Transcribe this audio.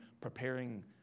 preparing